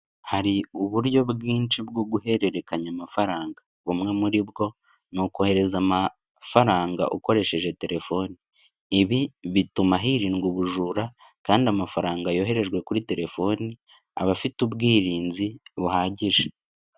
Hari uburyo bwinshi bwo guhererekanya amafaranga. Bumwe muri bwo, ni ukohereza amafaranga ukoresheje telefoni. Ibi bituma hirindwa ubujura kandi amafaranga yoherejwe kuri telefoni, aba afite ubwirinzi buhagije.